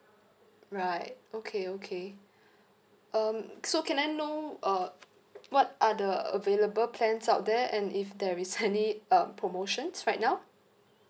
right okay okay um so can I know uh what are the available plans out there and if there is any uh promotions right now